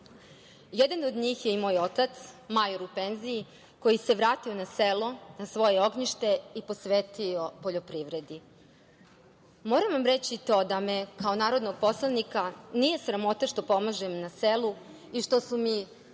od njih je i moj otac, major u penziji, koji se vratio na selo, na svoje ognjište i posvetio poljoprivredi. Moram vam reći i to da me kao narodnog poslanika nije sramota što pomažem na selu i što su mi